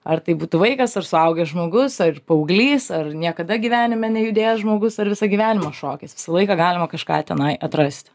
ar tai būtų vaikas ar suaugęs žmogus ar paauglys ar niekada gyvenime nejudėjęs žmogus ar visą gyvenimą šokęs visą laiką galima kažką tenai atrasti